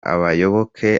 abayoboke